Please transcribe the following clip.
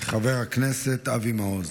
חבר הכנסת אבי מעוז,